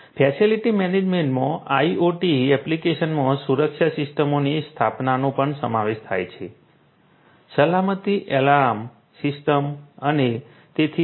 facility મેનેજમેન્ટમાં IoT એપ્લિકેશનમાં સુરક્ષા સિસ્ટમોની સ્થાપનાનો પણ સમાવેશ થાય છે સલામતી એલાર્મ સિસ્ટમ્સ અને તેથી વધુ